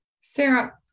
Sarah